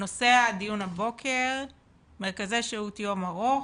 נושא הדיון הבוקר הוא מרכזי שהות יום ארוך,